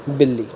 ਬਿੱਲੀ